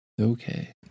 Okay